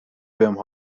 بهم